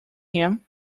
him